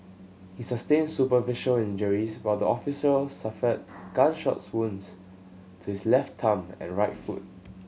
he sustained superficial injuries while the officer suffered gunshot wounds to his left thumb and right foot